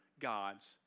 gods